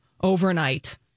overnight